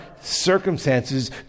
circumstances